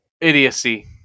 Idiocy